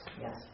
yes